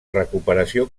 recuperació